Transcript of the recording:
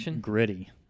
gritty